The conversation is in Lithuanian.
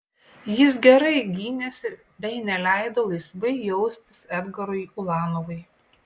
jis gerai gynėsi bei neleido laisvai jaustis edgarui ulanovui